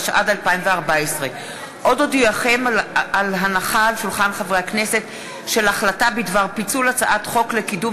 התשע"ד 2014. החלטה בדבר פיצול הצעת חוק לקידום